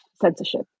censorship